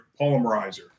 polymerizer